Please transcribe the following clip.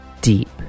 deep